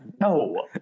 No